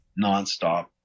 nonstop